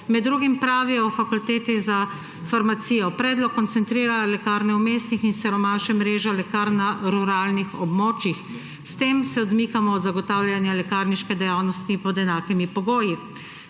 Med drugim pravijo na Fakulteti za farmacijo: »Predlog koncentrira lekarne v mestih in siromaši mrežo lekarn na ruralnih območjih. S tem se odmikamo od zagotavljanja lekarniške dejavnosti pod enakimi pogoji.